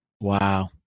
Wow